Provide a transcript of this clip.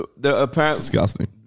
Disgusting